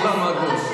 אז אני אומרת,